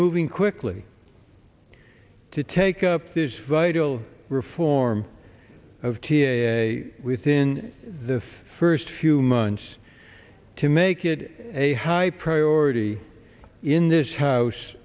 moving quickly to take up this vital reform of t a a within the first few months to make it a high priority in this house